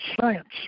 science